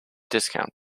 discount